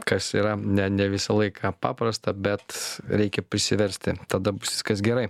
kas yra ne ne visą laiką paprasta bet reikia prisiversti tada bus viskas gerai